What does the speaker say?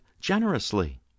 generously